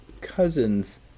cousin's